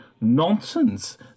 Nonsense